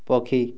ପକ୍ଷୀ